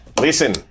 Listen